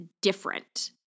different